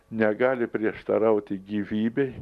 negali prieštarauti gyvybei